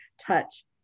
touch